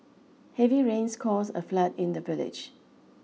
heavy rains cause a flood in the village